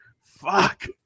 Fuck